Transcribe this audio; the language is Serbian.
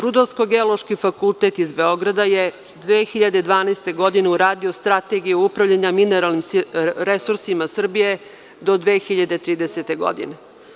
Rudarsko geološki fakultet iz Beograda je 2012. godine uradio Strategiju upravljanja mineralnim resursima Srbije do 2030. godine.